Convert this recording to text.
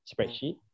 spreadsheet